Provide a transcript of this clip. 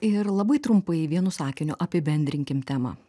ir labai trumpai vienu sakiniu apibendrinkim temą